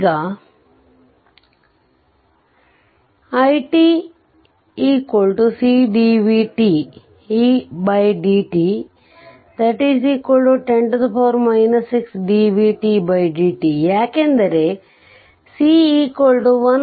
ಈಗ i c dv dt10 6dv dt ಯಾಕೆಂದರೆ c 1 F